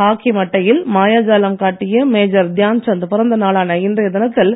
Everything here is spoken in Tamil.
ஹாக்கி மட்டையில் மயாஜாலம் காட்டிய மேஜர் தியான் சந்த் பிறந்த நாளான இன்றைய தினத்தில்